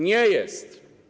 Nie jest.